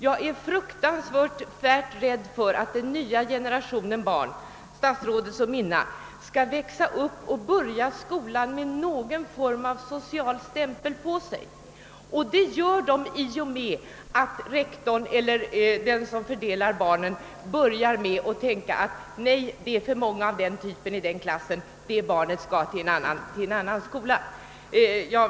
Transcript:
Jag är fruktansvärt rädd för att den nya generationen barn, statsrådets barn och mina barn, skall växa upp och börja skolan med någon form av social stämpel på sig. Det gör de i och med att rektorn eller den som fördelar barnen börjar med att tänka: Nej, det är för många av den socialgruppen i den klassen, det barnet skall till en annan skola.